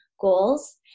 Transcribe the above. goals